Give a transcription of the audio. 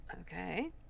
Okay